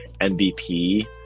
MVP